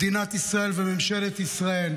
מדינת ישראל וממשלת ישראל,